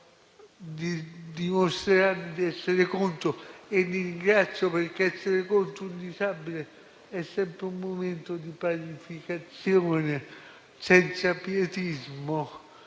dimostreranno di essere contrari e li ringrazio, perché essere contro un disabile è sempre un momento di parificazione senza pietismo